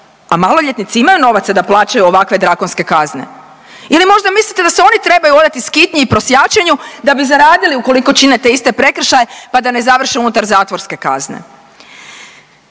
a maloljetnici imaju novaca da plaćaju ovakve drakonske kazne ili možda mislite da se oni trebaju odati skitnji i prosjačenju da bi zaradili ukoliko čine te iste prekršaje pa da ne završe unutar zatvorske kazne.